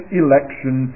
election